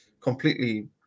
completely